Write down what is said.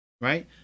right